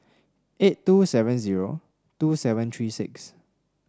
eight two seven zero two seven three six